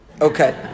Okay